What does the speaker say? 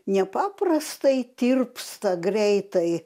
nepaprastai tirpsta greitai